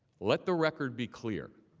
let the record be clear.